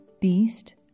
Beast